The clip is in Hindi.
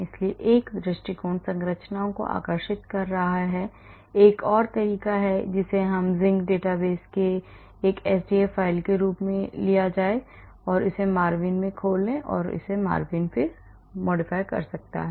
इसलिए एक दृष्टिकोण संरचनाओं को आकर्षित कर रहा है एक और तरीका यह है कि इसे Zinc डेटाबेस से एक sdf फ़ाइल के रूप में लिया जाए और इसे MARVIN के साथ खोलें और MARVIN इसे करता है